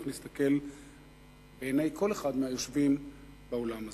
איך נסתכל בעיני כל אחד מהיושבים באולם הזה?